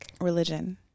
Religion